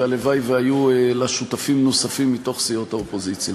והלוואי שהיו לה שותפים נוספים מתוך סיעות האופוזיציה.